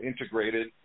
integrated